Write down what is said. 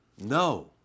No